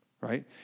right